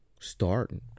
starting